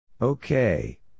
Okay